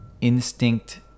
instinct